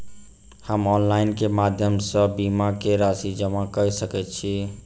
हम ऑनलाइन केँ माध्यम सँ बीमा केँ राशि जमा कऽ सकैत छी?